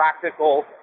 practical